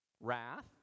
Wrath